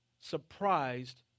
surprised